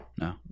No